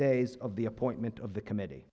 days of the appointment of the committee